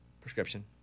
Prescription